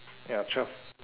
ya twelve